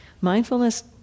mindfulness